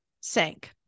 sank